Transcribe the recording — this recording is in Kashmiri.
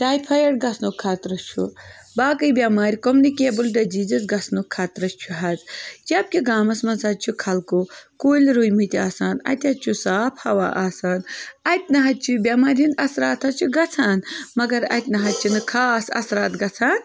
ٹایفایڈ گَژھنُک خطرٕ چھُ باقٕے بؠمارِ کٔمنِکیبٕل ڈٔجیٖزٕز گَژھنُک خطرٕ چھُ حظ جب کہِ گامَس منٛز حظ چھِ خلکو کُلۍ رُوۍمٕتۍ آسان اَتہِ حظ چھُ صاف ہوا آسان اَتہِ نَہ حظ چھِ بؠمارِ ہٕنٛدۍ اَثرات حظ چھِ گژھان مگر اَتہِ نَہ حظ چھِنہٕ خاص اَثرات گژھان